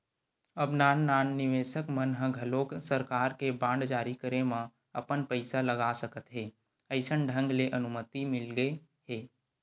अब नान नान निवेसक मन ह घलोक सरकार के बांड जारी करे म अपन पइसा लगा सकत हे अइसन ढंग ले अनुमति मिलगे हे